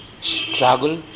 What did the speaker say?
struggle